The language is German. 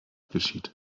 geschieht